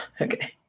Okay